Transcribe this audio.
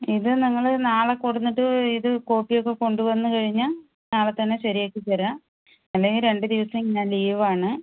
ഇത് നിങ്ങള് നാളെ കൊണ്ടുവന്നിട്ട് ഇത് കോപ്പിയൊക്കെ കൊണ്ടുവന്ന് കഴിഞ്ഞാൽ നാളെ തന്നെ ശരിയാക്കി തരാം അല്ലെങ്കിൽ രണ്ട് ദിവസം ഞാൻ ലീവാണ്